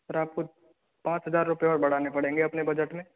फिर आपको पाँच हजार रुपए और बढ़ाने पड़ेंगे अपने बजट में